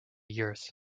years